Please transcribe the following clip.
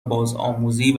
بازآموزی